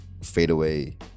fadeaway